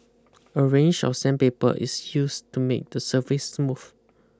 a range of sandpaper is used to make the surface smooth